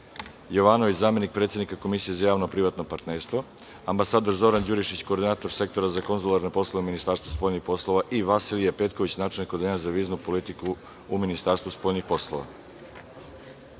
Jovanović, zamenik predsednika Komisije za javno - privatno partnerstvo; ambasador Zoran Đurišić, koordinator Sektora za konzularne poslove u Ministarstvu spoljnih poslova i Vasilije Petković, načelnik za viznu politiku u Ministarstvu spoljnih poslova. Saglasno